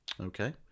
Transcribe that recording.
okay